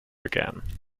again